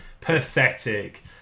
pathetic